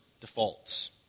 defaults